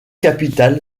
capitale